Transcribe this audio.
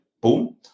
boom